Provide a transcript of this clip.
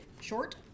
short